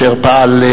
אשר פעל,